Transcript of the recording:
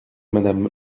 madame